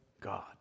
God